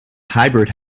hybrid